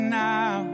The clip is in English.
now